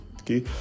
okay